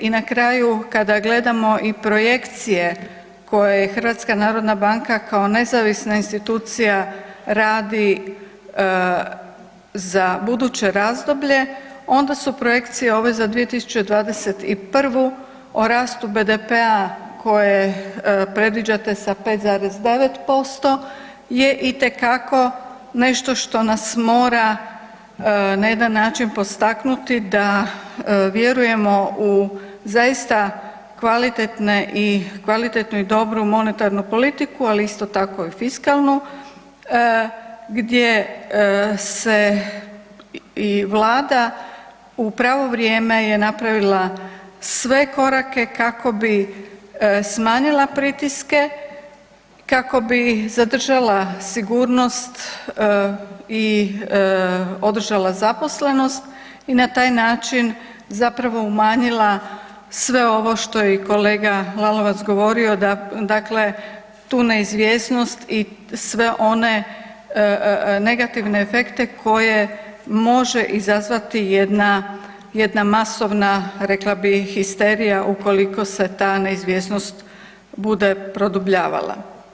I na kraju kada gledamo i projekcije koje HNB kao nezavisna institucija radi za buduće razdoblje onda su projekcije za 2021.o rastu BDP-a koje predviđate sa 5,9% je itekako nešto što nas mora na jedan način podstaknuti da vjerujemo u zaista kvalitetnu i dobru monetarnu politiku, ali isto tako i fiskalnu gdje se i Vlada u pravo vrijeme je napravila sve korake kako bi smanjila pritiske, kako bi zadržala sigurnost i održala zaposlenost i na taj način zapravo umanjila sve ovo što je i kolega Lalovac govorio da dakle tu neizvjesnost i sve one negativne efekte koje može izazvati jedna masovna histerija ukoliko se ta neizvjesnost bude produbljivala.